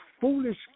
foolish